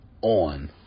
on